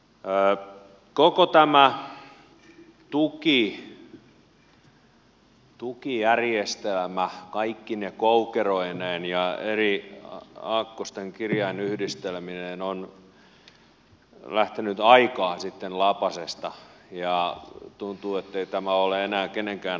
koko tämä tukijärjestelmä kaikkine koukeroineen ja eri aakkosten kirjainyhdistelmineen on lähtenyt aikaa sitten lapasesta ja tuntuu ettei tämä ole enää kenenkään hallinnassa